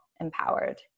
empowered